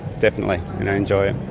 definitely, and i enjoy it.